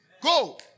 Go